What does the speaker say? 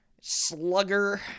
slugger